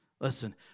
Listen